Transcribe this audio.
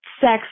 sex